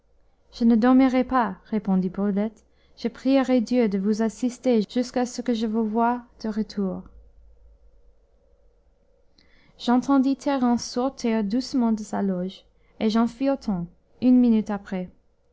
je ne dormirai pas répondit brulette je prierai dieu de vous assister jusqu'à ce que je vous voie de retour j'entendis thérence sortir doucement de sa loge et j'en fis autant une minute après